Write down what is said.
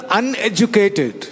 uneducated